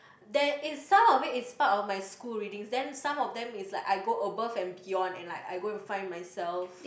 there is some of it is part of my school readings then some of them is like I go above and beyond and like I go and find myself